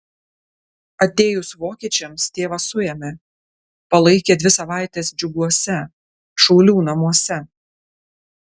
atėjus vokiečiams tėvą suėmė palaikė dvi savaites džiuguose šaulių namuose